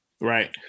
Right